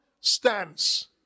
stance